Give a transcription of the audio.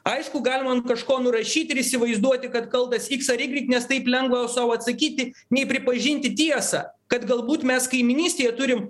aišku galima ant kažko nurašyti ir įsivaizduoti kad kaltas iks ar igrik nes taip lengva sau atsakyti nei pripažinti tiesą kad galbūt mes kaimynystėje turim